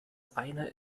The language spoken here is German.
einer